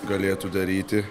galėtų daryti